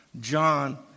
John